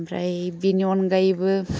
ओमफ्राय बेनि अनगायैबो